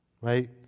Right